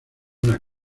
una